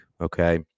Okay